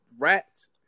rats